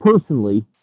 personally